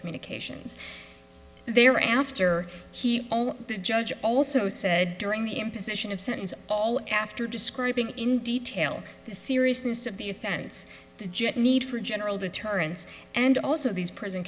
communications they are after all the judge also said during the imposition of sentence all after describing in detail the seriousness of the offense the jet need for general deterrence and also these prison